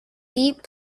deep